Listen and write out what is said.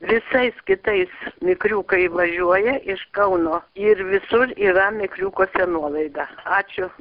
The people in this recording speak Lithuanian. visais kitais mikriukai važiuoja iš kauno ir visur yra mikriukuose nuolaida ačiū